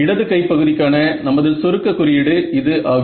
இடது கை பகுதிக்கான நமது சுருக்க குறியீடு இது ஆகும்